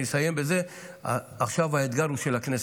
אני אסיים בזה: עכשיו האתגר הוא של הכנסת,